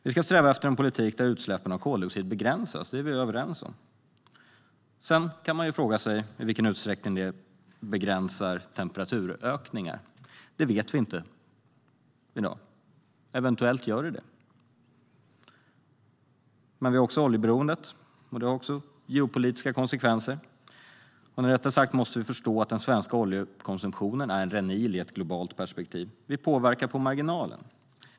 Vi ska sträva efter en politik som begränsar utsläppen av koldioxid. Det är vi överens om. Sedan kan man fråga sig i vilken utsträckning det begränsar temperaturökningar. Det vet vi inte i dag. Eventuellt gör det det. Vi har också oljeberoendet. Det får också geopolitiska konsekvenser. Med detta sagt måste vi förstå att den svenska oljekonsumtionen är en rännil i ett globalt perspektiv. Vi påverkar på marginalen.